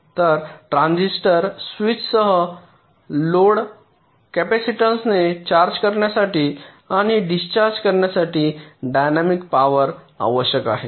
तर ट्रांझिस्टर स्विचसह लोड कॅपेसिटीनेज चार्ज करण्यासाठी आणि डिस्चार्ज करण्यासाठी डायनॅमिक पॉवर आवश्यक आहे